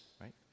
right